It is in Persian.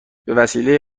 بهوسیله